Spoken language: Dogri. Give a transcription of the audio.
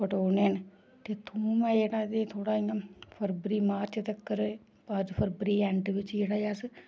पटोने न ते थोम ऐ जेह्ड़ा ते थोह्ड़ा इ'यां फरबरी मार्च तकर बाद च फरबरी ऐंड च जेह्ड़ा ऐ अस